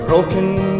broken